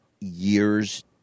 years